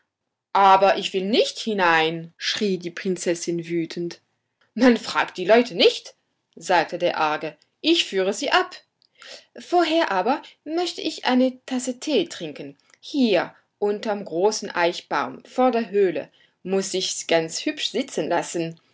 aber ich will nicht hinein schrie die prinzessin wütend man fragt die leute nicht sagte der arge ich führe sie ab vorher aber möchte ich eine tasse tee trinken hier unterm großen eichbaum vor der höhle muß sich's ganz hübsch sitzen lassen